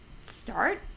start